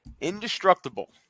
Indestructible